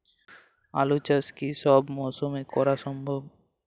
আলু চাষ কি সব মরশুমে করা সম্ভব?